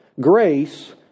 Grace